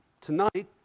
tonight